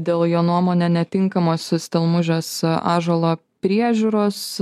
dėl jo nuomone netinkamos stelmužės ąžuolo priežiūros